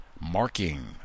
marking